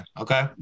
Okay